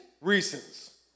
reasons